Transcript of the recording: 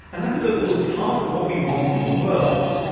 and that was of course part of what we wanted for the world.